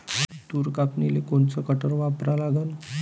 तूर कापनीले कोनचं कटर वापरा लागन?